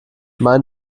mein